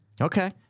Okay